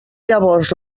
llavors